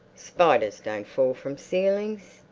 spiders don't fall from ceilings.